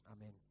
Amen